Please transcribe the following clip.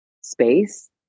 space